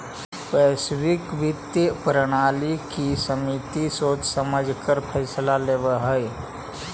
वैश्विक वित्तीय प्रणाली की समिति सोच समझकर ही फैसला लेवअ हई